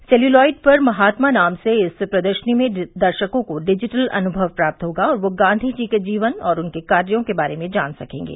celluloid पर महात्मा नाम से इस प्रदर्शनी में दर्शकों को डिजिटल अनुमव प्राप्त होगा और वे गांधी जी के जीवन और उनके कार्यों के बारे में जान सकेंगे